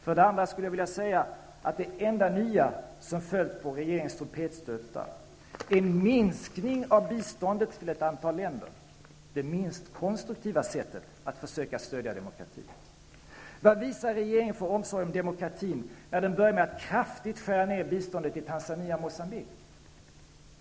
För det andra skulle jag vilja säga att det enda nya som följt på regeringens trumpetstötar är en minskning av biståndet till ett antal länder, det minst konstruktiva sättet att försöka stödja demokratin. Vad visar regeringen för omsorg om demokratin när den börjar med att kraftigt skära ned biståndet till Tanzania och Moçambique?